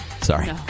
sorry